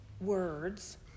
words